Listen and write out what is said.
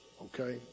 okay